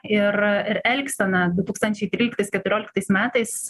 ir ir elgsena du tūkstančiai tryliktais keturioliktais metais